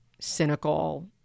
cynical